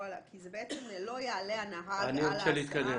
כי זה בעצם לא יעלה הנהג על ההסעה.